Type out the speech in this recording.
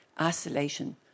Isolation